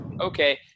Okay